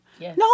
No